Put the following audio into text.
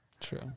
True